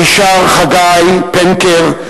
מישר חגי פנקר,